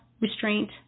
restraint